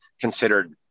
considered